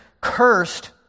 cursed